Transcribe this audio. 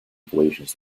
equations